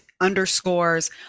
underscores